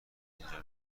اینجا